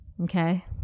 okay